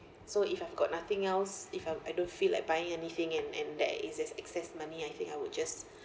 so if I've got nothing else if I'm I don't feel like buying anything and and there is an excess money I think I would just